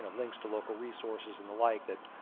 and links to local resources and the like that,